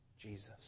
Jesus